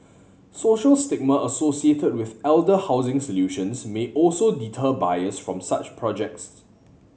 social stigma associated with elder housing solutions may also deter buyers from such projects